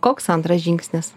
koks antras žingsnis